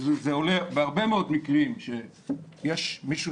וזה עולה בהרבה מאוד מקרים שיש מישהו